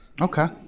Okay